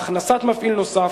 בהכנסת מפעיל נוסף,